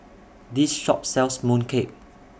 This Shop sells Mooncake